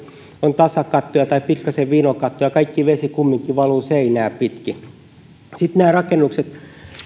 on tasakatto tai pikkasen vino katto ja kaikki vesi kumminkin valuu seinää pitkin sitten nämä rakennukset